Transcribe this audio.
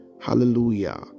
hallelujah